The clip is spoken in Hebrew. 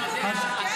--- עומד פה ומשקר?